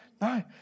No